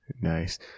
Nice